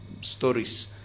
stories